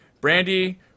Brandy